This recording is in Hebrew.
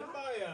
דוברי רוסית,